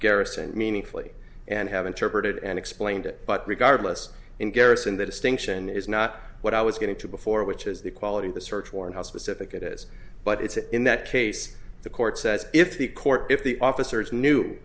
garrus and meaningfully and have interpreted and explained it but regardless in garrison the distinction is not what i was going to before which is the quality of the search warrant how specific it is but it's in that case the court says if the court if the officers knew